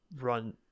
run